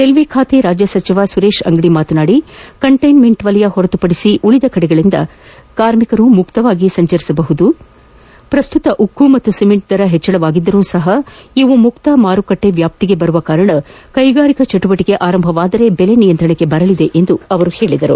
railway ಖಾತೆ ರಾಜ್ಯ ಸಚಿವ ಸುರೇಶ್ ಅಂಗಡಿ ಮಾತನಾಡಿ ಕಂಟೈನ್ಲೆಂಟ್ ವಲಯ ಹೊರತುಪಡಿಸಿ ಉಳಿದ ಕಡೆಗಳಿಂದ ಕಾರ್ಮಿಕರು ಮುಕ್ತವಾಗಿ ಸಂಚರಿಸಬಹುದು ಪ್ರಸ್ತುತ ಉಕ್ಕು ಮತ್ತು ಸಿಮೆಂಟ್ ದರ ಹೆಚ್ಚಳವಾಗಿದ್ದರೂ ಸಹ ಇವು ಮುಕ್ತ ಮಾರುಕಟ್ಟಿ ವ್ಯಾಪ್ತಿಗೆ ಬರುವ ಕಾರಣ ಕೈಗಾರಿಕಾ ಚಟುವಟಕೆ ಆರಂಭವಾದರೆ ಬೆಲೆ ನಿಯಂತ್ರಣಕ್ಕೆ ಬರಲಿದೆ ಎಂದು ತಿಳಿಸಿದರು